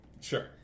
Sure